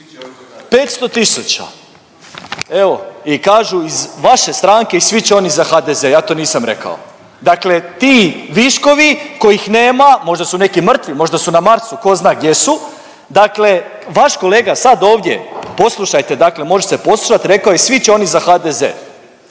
500 tisuća. Evo i kažu iz vaše stranke i svi će oni za HDZ. Ja to nisam rekao. Dakle, ti viškovi kojih nema, možda su neki mrtvi, možda su na Marsu, tko zna gdje su, dakle vaš kolega sad ovdje poslušajte, dakle može se poslušati rekao je svi će oni za HDZ.